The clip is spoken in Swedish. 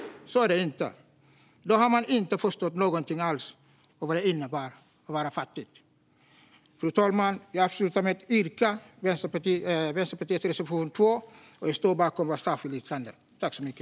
Så är det inte. Då har man inte förstått någonting alls om vad det innebär att vara fattig. Fru talman! Jag avslutar med att yrka bifall till Vänsterpartiets reservation, nummer 1, och jag står bakom vårt särskilda yttrande.